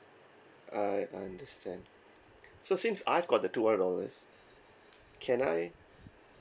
I understand so since I've got the two hundred dollars can I